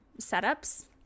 setups